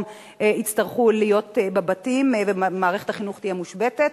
יצטרכו להיות בבתים ומערכת החינוך תהיה מושבתת.